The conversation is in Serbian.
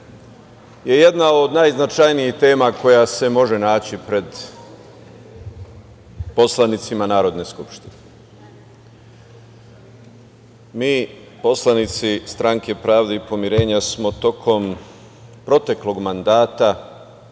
je jedna od najznačajnijih tema koja se može naći pred poslanicima Narodne skupštine. Mi poslanici Stranke pravde i pomirenja smo tokom proteklog mandata